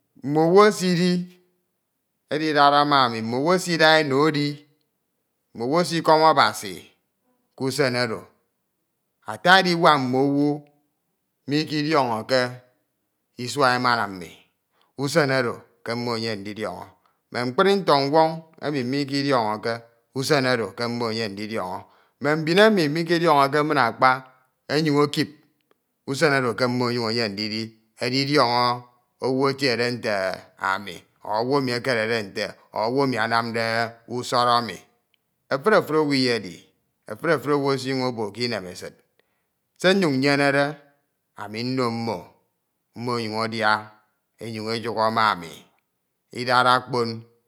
Mme owu esidi edidara ma anu, mme esida eno edi, mme esikọm Abasi ke usen oro. Ata eduwak mme owu midioñoke isua emana mmi, usen ore ke mme eyem ndidio̱ño. Mme mkpri ntoñwọn emi mikidiọñọke usen oro ke mmo eyem ndidiọñọ. Mme mbin emi midiọñoke min akpa enyun ekip, usen oro ke mmo ọnyun eyem ndidi edioñọ owu etiede nte ami ọ owu emi ekerede nte o owu anamde usoro enyi Efori Efuri owu iyedi, efuri efuri owu esinyun obo ke inem esid. Se nnyun nyende ami nno mmo, mmo enyun edia enyun eyokho ma ami idara okpon.